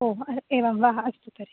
ओ एवं वा अस्तु तर्हि